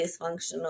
dysfunctional